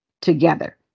together